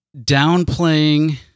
downplaying